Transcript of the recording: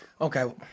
Okay